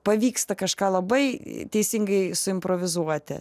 pavyksta kažką labai teisingai suimprovizuoti